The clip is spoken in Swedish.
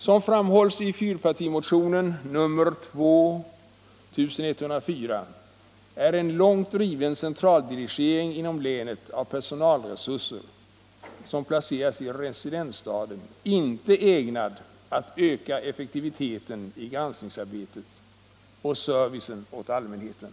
Som framhålls i fyrpartimotionen 2104 är en långt driven centraldirigering inom länet av personalresurser som placeras i residensstaden inte ägnad att öka effektiviteten i granskningsarbetet och servicen åt allmänheten.